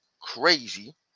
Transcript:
crazy